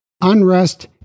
unrest